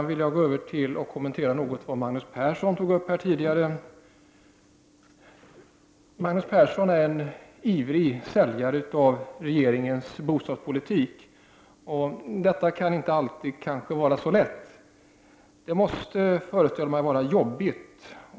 Jag vill sedan något kommentera det som Magnus Persson tog upp tidigare. Han är en ivrig säljare av regeringens bostadspolitik. Detta kan inte alltid vara så lätt. Jag föreställer mig att det måste vara jobbigt.